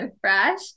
fresh